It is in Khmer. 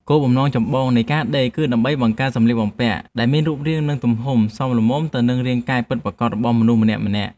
គោលបំណងចម្បងនៃការដេរគឺដើម្បីបង្កើតសម្លៀកបំពាក់ដែលមានរូបរាង និងទំហំសមល្មមទៅនឹងរាងកាយពិតប្រាកដរបស់មនុស្សម្នាក់ៗ។